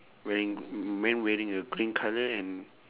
wearing m~ m~ man wearing a green colour and